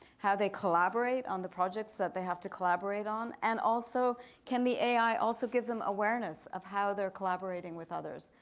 how they collaborate on the projects that they have to collaborate on, and also can the ai also give them awareness of how they're collaborating with others,